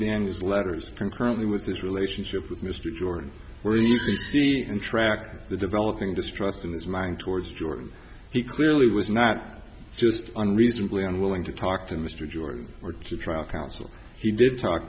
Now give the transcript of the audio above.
daniels letters concurrently with this relationship with mr jordan where you can see and track the developing distrust in this mind towards jordan he clearly was not just unreasonably unwilling to talk to mr jordan or to trial counsel he did talk